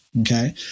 okay